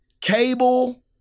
Cable